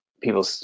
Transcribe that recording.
people